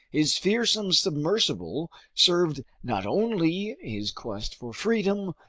his fearsome submersible served not only his quest for freedom,